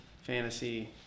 fantasy